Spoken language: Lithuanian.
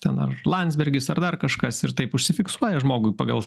tan ar landsbergis ar dar kažkas ir taip užsifiksuoja žmogui pagal